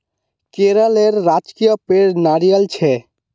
केरलेर राजकीय पेड़ नारियल छे